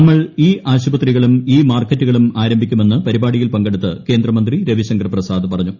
നമ്മൾ ഇ ആശുപത്രികളും ഇ മാർക്കറ്റുകളും ആരംഭിക്കുമെന്ന് പ്രിപാടിയിൽ പങ്കെടുത്ത കേന്ദ്രമന്ത്രി രവിശങ്കർ പ്രസാദ് പറഞ്ഞു